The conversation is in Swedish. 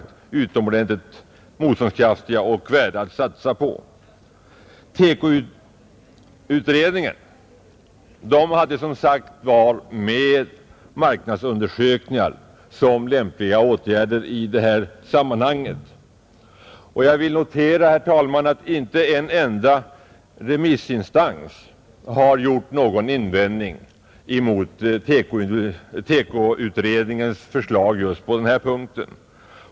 TEKO-utredningen hade föreslagit marknadsundersökningar som lämpliga åtgärder i det här sammanhanget. Jag vill notera, herr talman, att inte en enda remissinstans har gjort någon invändning emot TEKO-utredningens förslag just på den punkten.